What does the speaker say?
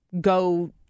go